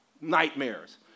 nightmares